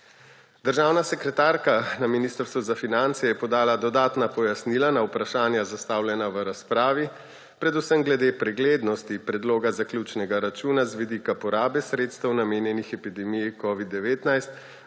Državna sekretarka na Ministrstvu za finance je podala dodatna pojasnila na vprašanja, zastavljena v razpravi, predvsem glede preglednosti predloga zaključnega računa z vidika porabe sredstev, namenjenih epidemiji covida-19,